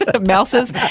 Mouses